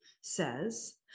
says